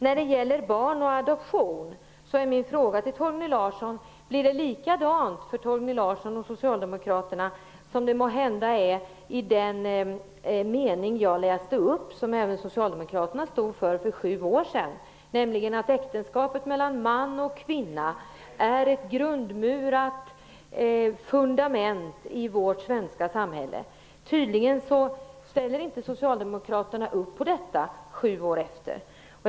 När det gäller barn och adoption blir min fråga till Torgny Larsson: Blir det likadant med den frågan för Torgny Larsson och Socialdemokraterna som det måhända har blivit med den mening som jag läste upp tidigare och som även Socialdemokraterna stod för för sju år sedan? I den sades att äktenskapet mellan man och kvinna är ett grundmurat fundament i vårt svenska samhälle. Men tydligen ställer inte Socialdemokraterna upp på detta sju år efteråt.